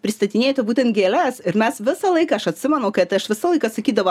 kad pristatinėjate būtent gėles ir mes visą laiką aš atsimenu kad aš visą laiką sakydavo